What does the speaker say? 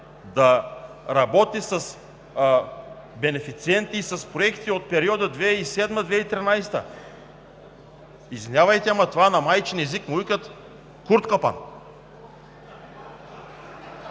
да работи с бенефициенти и проекти от периода 2007 – 2013 г. Извинявайте, но това на майчин език му казват: „курт капан“